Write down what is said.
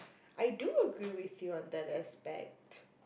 I do agree with you on that aspect